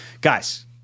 guys